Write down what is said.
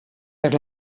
per